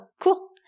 cool